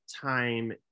time